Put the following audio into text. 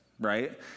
right